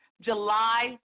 July